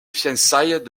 fiançailles